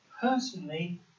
Personally